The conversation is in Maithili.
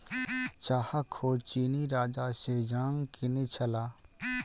चाहक खोज चीनी राजा शेन्नॉन्ग केने छलाह